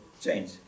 change